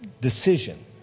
decision